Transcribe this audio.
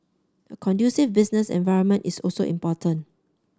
a conducive business environment is also important